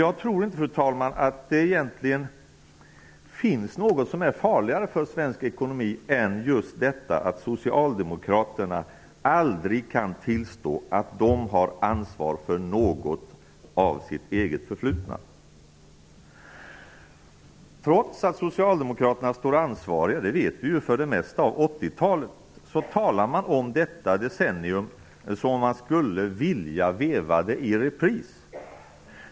Jag tror inte att det egentligen finns något som är farligare för svensk ekonomi än just detta, att socialdemokraterna aldrig kan tillstå att de har ansvar för något av sitt eget förflutna. Trots att vi ju vet att socialdemokraterna står ansvariga för det mesta av vad som hände under 80 talet, talar de om detta decennium som om de skulle vilja leva det i repris.